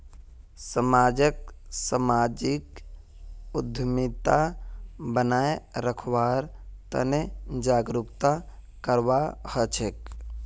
समाजक सामाजिक उद्यमिता बनाए रखवार तने जागरूकता करवा हछेक